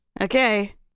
Okay